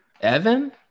Evan